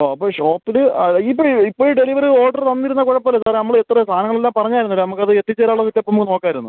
ഓ അപ്പോൾ ഷോപ്പിൽ ആ ഇത് ഇപ്പഴ് ഈ ഡെലിവറി ഓർഡറ് തന്നിരുന്നാൽ കുഴപ്പമില്ല സാറേ നമ്മൾ എത്ര സാധനങ്ങളെല്ലാം പറഞ്ഞായിരുന്നല്ലോ നമ്മൾക്ക് അത് എത്തിച്ചേരാനുള്ള സ്റ്റെപ്പൊന്ന് നോക്കാമായിരുന്നു